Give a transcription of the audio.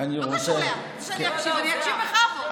אני אקשיב בכבוד.